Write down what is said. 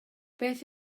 beth